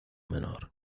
menor